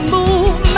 move